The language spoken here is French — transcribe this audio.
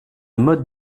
mode